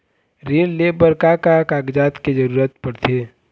ऋण ले बर का का कागजात के जरूरत पड़थे?